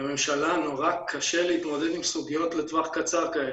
לממשלה נורא קשה להתמודד עם סוגיות לטווח קצר כאלה.